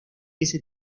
ese